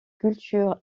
culture